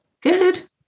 Good